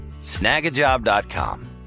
Snagajob.com